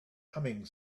humming